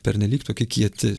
pernelyg tokie kieti